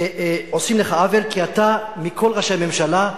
עושים לך עוול, כי אתה, מכל ראשי הממשלה,